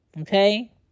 Okay